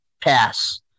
pass